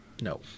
no